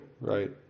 right